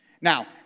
Now